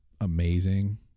amazing